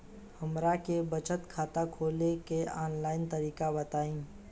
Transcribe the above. हमरा के बचत खाता खोले के आन लाइन तरीका बताईं?